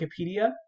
Wikipedia